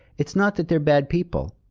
it's not that they're bad people,